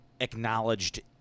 acknowledged